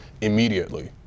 immediately